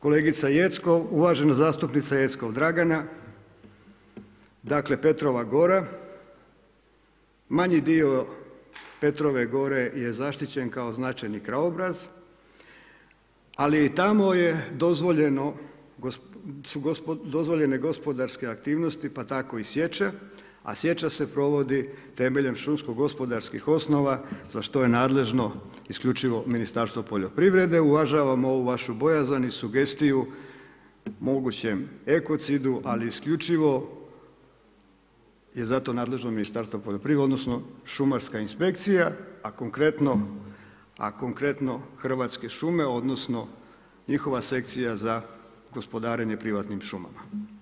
Kolegica Jeckov, uvažena zastupnica Jeckov Dragana, dakle, Petrova gora, manji dio Petrove gore je zaštićen kao značajni krajobraz ali i tamo su dozvoljene gospodarske aktivnosti pa tako i sječa a sječa se provodi temeljem šumsko-gospodarskih osnova za što je nadležno isključivo Ministarstvo poljoprivrede, uvažavamo ovu vašu bojazan i sugestiju mogućem ekocidu ali isključivo je zato nadležno Ministarstvo poljoprivrede odnosno šumarska inspekcija a konkretno Hrvatske šume odnosno njihova sekcija za gospodarenje privatnim šumama.